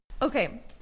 Okay